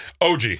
OG